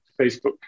Facebook